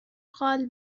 قال